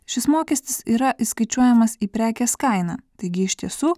šis mokestis yra įskaičiuojamas į prekės kainą taigi iš tiesų